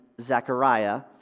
Zachariah